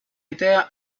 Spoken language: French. était